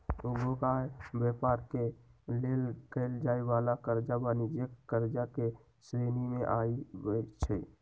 उद्योग आऽ व्यापार के लेल कएल जाय वला करजा वाणिज्यिक करजा के श्रेणी में आबइ छै